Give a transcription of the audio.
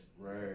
right